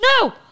No